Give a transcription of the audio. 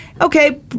okay